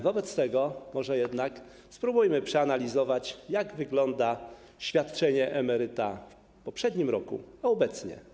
Wobec tego może jednak spróbujmy przeanalizować, jak wyglądało świadczenie emeryta w poprzednim roku, a jak wygląda obecnie.